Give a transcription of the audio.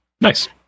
Nice